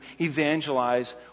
evangelize